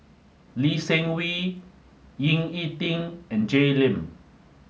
Lee Seng Wee Ying E Ding and Jay Lim